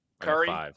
Curry